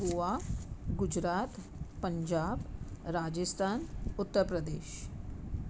Goa Gujarat Punjab Rajasthan Uttar Pradesh